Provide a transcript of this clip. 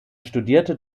studierte